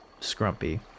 Scrumpy